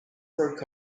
broke